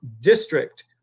district